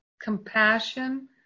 compassion